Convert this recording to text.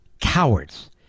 cowards